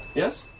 yes?